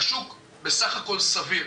השוק בסך הכל סביר.